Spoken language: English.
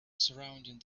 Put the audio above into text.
surrounding